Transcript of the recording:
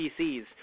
PCs